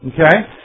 Okay